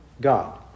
God